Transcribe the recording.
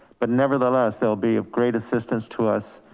but nevertheless, there'll be a great assistance to us.